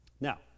Now